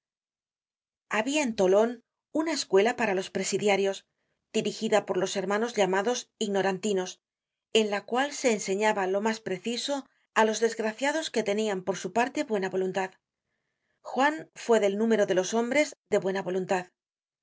en tolon una escuela para los presidiarios dirigida por los hermanos llamados ignorantinos en la cual se enseñaba lo mas preciso á los desgraciados que tenian por su parte buena voluntad juan fue del número de los hombres de buena voluntad